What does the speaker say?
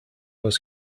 was